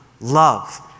love